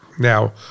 Now